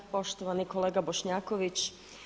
Poštovani kolega Bošnjaković.